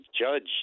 Judge